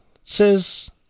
says